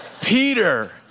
Peter